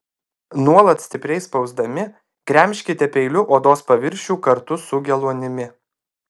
nuolat stipriai spausdami gremžkite peiliu odos paviršių kartu su geluonimi